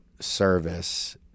service